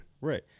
Right